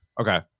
Okay